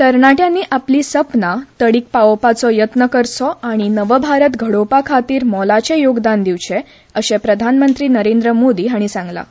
तरणाट्यांनी आपली सपनां तडीक पावोवपाचो यत्न करचो आनी नवभारत घडोवपा खातीर मोलाचें योगदान दिवचें अशें प्रधानमंत्री नरेंद्र मोदी हांणी सांगलां